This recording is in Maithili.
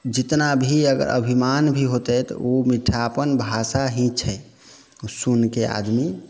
जितना भी अगर अभिमान भी होतै तऽ उ मिठापन भाषा ही छै उ सुनके आदमी